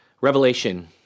Revelation